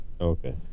Okay